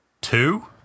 Two